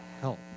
help